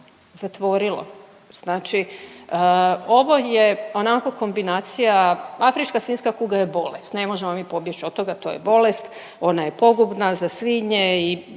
zatvorilo. Znači ovo je onako kombinacija, afrička svinjska kuga je bolest. Ne možemo mi pobjeći od toga to je bolest, ona je pogubna za svinje i